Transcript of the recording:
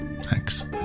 Thanks